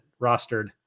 rostered